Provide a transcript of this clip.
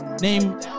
name